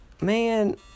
Man